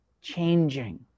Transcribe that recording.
changing